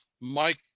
Mike